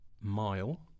mile